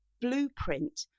blueprint